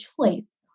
choice